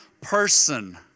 person